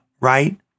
right